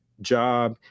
job